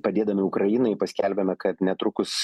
padėdami ukrainai paskelbėme kad netrukus